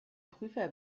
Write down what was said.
prüfer